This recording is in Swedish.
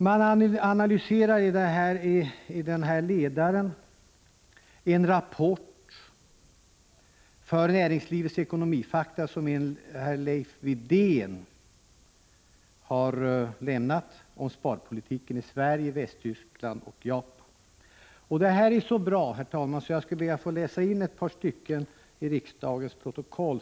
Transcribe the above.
Man analyserar i den ledaren en rapport för Näringslivets Ekonomifakta som Leif Widén har lämnat om sparpolitiken i Sverige, Västtyskland och Japan. Denna artikel är så bra, herr talman, att jag skall be att få läsa in några stycken till riksdagens protokoll.